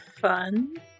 fun